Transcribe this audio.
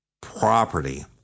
property